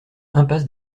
impasse